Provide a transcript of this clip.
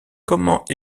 comment